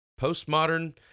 postmodern